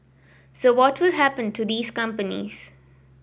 so what will happen to these companies